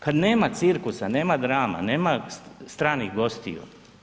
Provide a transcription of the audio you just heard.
Kad nema cirkusa, nema drama, nema stranih gostiju.